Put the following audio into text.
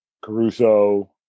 Caruso